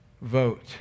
Vote